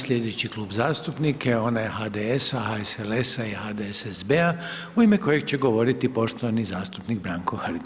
Sljedeći Klub zastupnika je onaj HDS-a, HSLS-a i HDSSB-a u ime kojeg će govoriti poštovani zastupnik Branko Hrg.